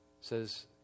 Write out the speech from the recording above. says